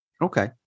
Okay